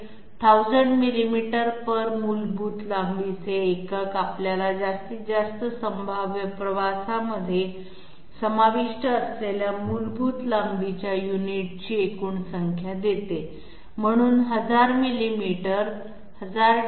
1000 millimetre मुलभूत लांबीचे एकक आपल्याला जास्तीत जास्त संभाव्य प्रवासामध्ये समाविष्ट असलेल्या मूलभूत लांबीच्या युनिटची एकूण संख्या देते म्हणून 1000 मिलीमीटर 1000 0